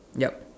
yup